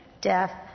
death